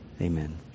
Amen